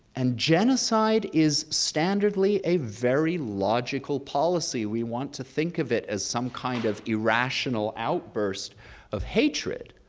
and genocide is standardly a very logical policy. we want to think of it as some kind of irrational outburst of hatred,